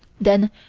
then,